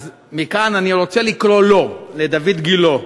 אז מכאן אני רוצה לקרוא לו, לדיויד גילה,